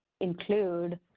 include